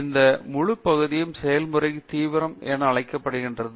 தேஷ்பாண்டே ஆகையால் இந்த முழுப் பகுதியும் செயல்முறை தீவிரம் என அழைக்கப்படுகிறது